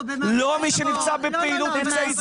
לא מי שנפצע בפעילות מבצעית.